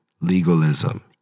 Legalism